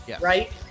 right